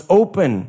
open